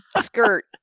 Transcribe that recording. Skirt